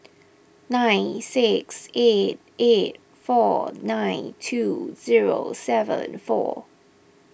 nine six eight eight four nine two zero seven four